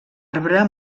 arbre